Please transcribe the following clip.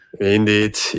indeed